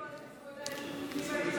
נא לסיים.